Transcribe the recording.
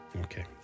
Okay